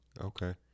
Okay